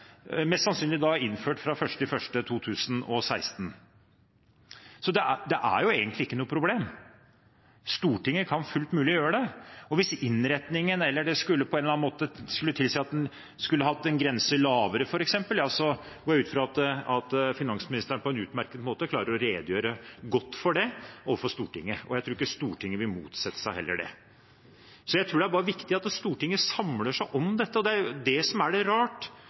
mest sannsynlig innført fra 1. januar 2016. Så det er egentlig ikke noe problem. Stortinget har full anledning til å gjøre det. Og hvis innretningen eller noe annet skulle tilsi at en f.eks. skulle hatt en lavere grense, går jeg ut fra at finansministeren på en utmerket måte klarer å redegjøre godt for det overfor Stortinget. Jeg tror heller ikke at Stortinget vil motsette seg det. Så jeg tror det er viktig at Stortinget samler seg om dette, og det er jo det som er rart – at ikke regjeringspartiene er med på det